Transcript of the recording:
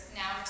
now